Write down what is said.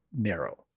narrow